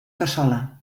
cassola